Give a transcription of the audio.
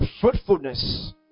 fruitfulness